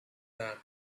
that